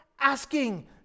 asking